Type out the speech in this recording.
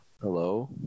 Hello